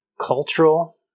cultural